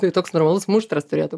tai toks normalus muštras turėtų